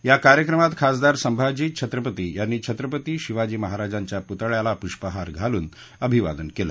या कार्यक्रमात खासदार संभाजी छत्रपती यांनी छत्रपती शिवाजी महाराजांच्या पुतळ्याला पुष्पहार घालून अभिवादन केलं